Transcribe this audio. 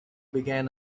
began